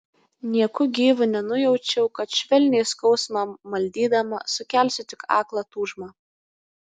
nieku gyvu nenujaučiau kad švelniai skausmą maldydama sukelsiu tik aklą tūžmą